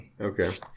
Okay